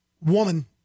woman